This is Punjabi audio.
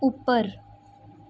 ਉੱਪਰ